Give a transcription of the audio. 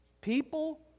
People